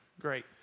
Great